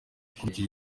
akurikije